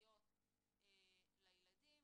המירביות לילדים.